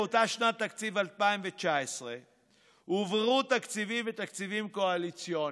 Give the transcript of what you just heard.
באותה שנת תקציב 2019 הועברו תקציבים ותקציבים קואליציוניים.